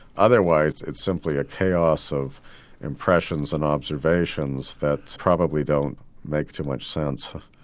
otherwise it's simply a chaos of impressions and observations that probably don't make too much sense.